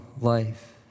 life